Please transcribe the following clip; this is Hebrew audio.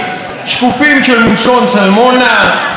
"שקופים" של מושון סלמונה,